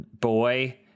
boy